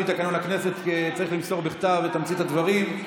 לפי תקנון הכנסת צריך למסור בכתב את תמצית הדברים.